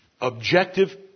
Objective